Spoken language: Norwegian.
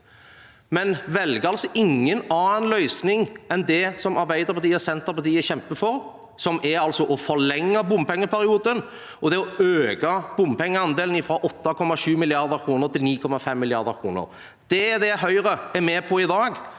de velger altså ingen annen løsning enn det Arbeiderpartiet og Senterpartiet kjemper for, som altså er å forlenge bompengeperioden og å øke bompengeandelen fra 8,7 mrd. kr til 9,5 mrd. kr. Det er det Høyre er med på i dag,